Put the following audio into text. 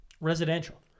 residential